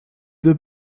deux